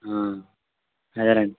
అదే లేండి